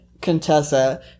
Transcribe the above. contessa